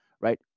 right